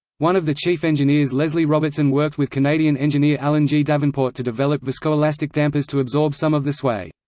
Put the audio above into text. one of the chief engineers leslie robertson worked with canadian engineer alan g. davenport to develop viscoelastic dampers to absorb some of the sway.